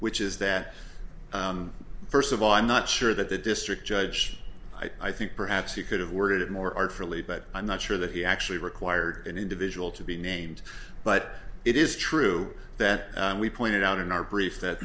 which is that first of all i'm not sure that the district judge i think perhaps he could have worded it more artfully but i'm not sure that he actually required an individual to be named but it is true that we pointed out in our brief that